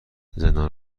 زندان